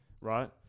right